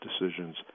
decisions